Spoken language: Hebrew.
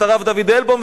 את הרב דוד אלבוים,